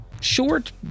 short